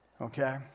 Okay